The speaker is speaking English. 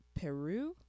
Peru